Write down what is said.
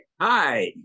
Hi